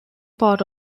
part